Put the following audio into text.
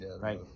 Right